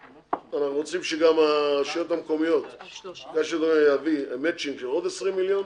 רוצים שגם הרשויות המקומיות יביאו מצ'ינג של עוד 20 מיליון.